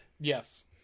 yes